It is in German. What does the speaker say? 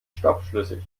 stoffschlüssig